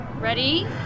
ready